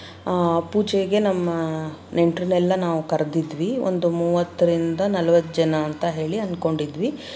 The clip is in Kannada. ಪೂಜೆಗೆ ನಮ್ಮ ನೆಂಟರನ್ನೆಲ್ಲ ನಾವು ಕರ್ದಿದ್ವಿ ಒಂದು ಮೂವತ್ತರಿಂದ ನಲವತ್ತು ಜನ ಅಂತ ಹೇಳಿ ಅಂದ್ಕೊಂಡಿದ್ವಿ